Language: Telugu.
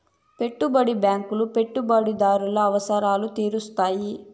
పెట్టుబడి బ్యాంకులు పెట్టుబడిదారుల అవసరాలు తీరుత్తాయి